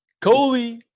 Kobe